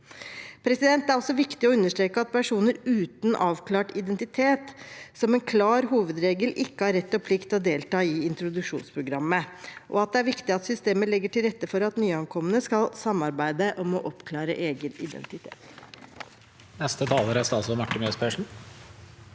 Det er også viktig å understreke at personer uten avklart identitet som en klar hovedregel ikke har rett og plikt til å delta i introduksjonsprogrammet, og at det er viktig at systemet legger til rette for at nyankomne skal samarbeide om å oppklare egen identitet. Statsråd Marte Mjøs Persen